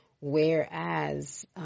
whereas